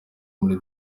muri